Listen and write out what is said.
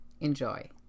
Enjoy